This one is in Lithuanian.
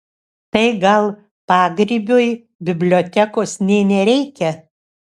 tai gal pagrybiui bibliotekos nė nereikia